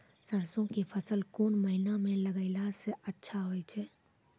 सरसों के फसल कोन महिना म लगैला सऽ अच्छा होय छै?